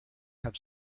have